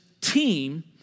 team